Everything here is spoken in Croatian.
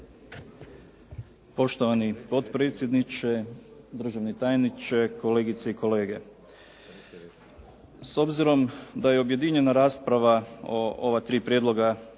Poštovani potpredsjedniče, državni tajniče, kolegice i kolege. S obzirom da je objedinjena rasprava o ova tri prijedloga